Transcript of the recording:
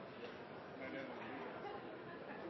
jeg